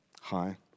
hi